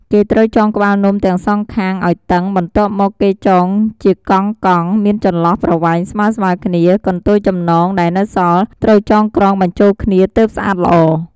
គេត្រូវចងក្បាលនំទាំងសងខាងឱ្យតឹង បន្ទាប់មកគេចងជាកង់ៗ មានចន្លោះប្រវែងស្មើៗគ្នា កន្ទុយចំណងដែលនៅសល់ត្រូវចងក្រងបញ្ចូលគ្នាទើបស្អាតល្អ។